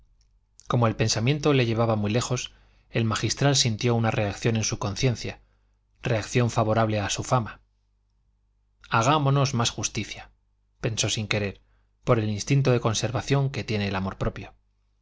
como el pensamiento le llevaba muy lejos el magistral sintió una reacción en su conciencia reacción favorable a su fama hagámonos más justicia pensó sin querer por el instinto de conservación que tiene el amor propio